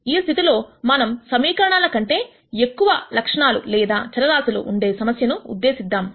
ఈ స్థితిలో మనం సమీకరణాల కంటేఎక్కువ లక్షణాలు లేదా చరరాశులు ఉండే సమస్యను ఉద్దేశిద్దామ్